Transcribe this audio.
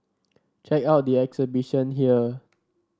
check out the exhibition here